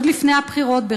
עוד לפני הבחירות,